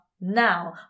now